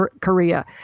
Korea